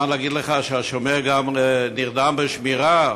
מה אני אגיד לך, שהשומר לגמרי נרדם בשמירה?